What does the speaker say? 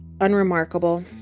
unremarkable